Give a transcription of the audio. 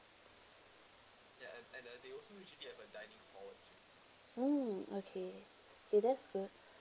mm okay okay that's good